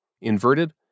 inverted